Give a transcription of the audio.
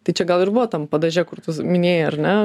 tai čia gal ir buvo tam padaže kur tu minėjai ar ne